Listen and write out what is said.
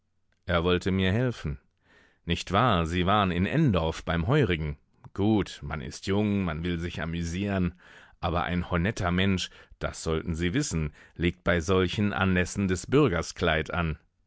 er wollte mir helfen nicht wahr sie waren in n dorf beim heurigen gut man ist jung man will sich amüsieren aber ein honetter mensch das sollten sie wissen legt bei solchen anlässen des bürgers kleid an